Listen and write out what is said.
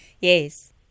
Yes